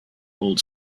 old